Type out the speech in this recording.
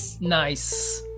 nice